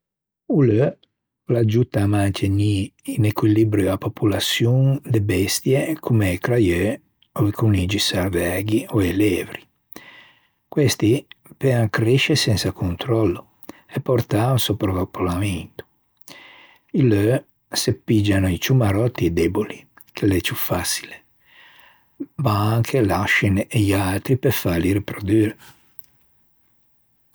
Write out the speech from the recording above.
O leu o l'aggiutta à mantegnî in equilibrio a popolaçion de bestie comme i craieu ò i coniggi sarvæghi ò e levre. Questi peuan cresce sensa contròllo e portâ un sovrapopolamento. I leu se piggian i ciù maròtti e deboli che l'é ciù façile ma anche lascen i atri pe fâli riprodue.